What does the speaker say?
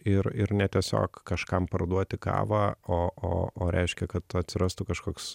ir ir ne tiesiog kažkam parduoti kavą o o o reiškia kad atsirastų kažkoks